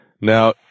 Now